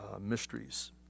mysteries